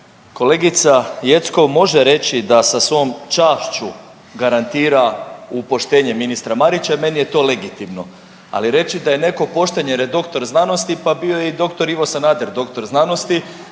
Kolegica Jeckov može reći da sa svojom čašću garantira u poštenje ministra Marića jer meni je to legitimno, ali reći da je neko pošten jer je doktor znanosti, pa bio je i dr. Ivo Sanader doktor znanosti